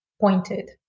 pointed